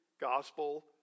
gospel